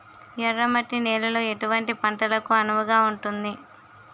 ఎర్ర మట్టి నేలలో ఎటువంటి పంటలకు అనువుగా ఉంటుంది?